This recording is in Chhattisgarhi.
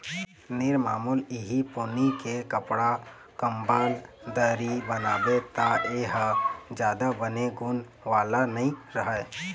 निरमामुल इहीं पोनी के कपड़ा, कंबल, दरी बनाबे त ए ह जादा बने गुन वाला नइ रहय